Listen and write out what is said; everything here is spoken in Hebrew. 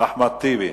אחמד טיבי,